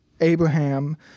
Abraham